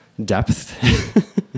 depth